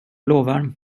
lovar